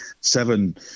seven